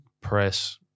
press